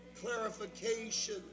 clarification